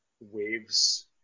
waves